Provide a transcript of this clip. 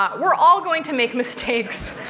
ah we're all going to make mistakes.